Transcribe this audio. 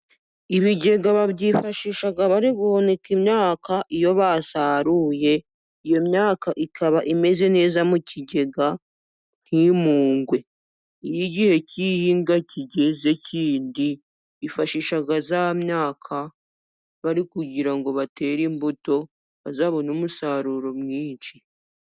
Ibigega babyifashisha bari guhunika imyaka iyo basaruye. Iyo myaka ikaba imeze neza mu kigega ntimungwe, iyo igihe cy'ihinga kigeze kindi bifashisha ya myaka bari kugira ngo batere imbuto, bazabone umusaruro mwinshi.